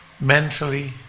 mentally